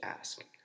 ask